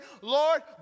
Lord